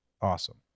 awesome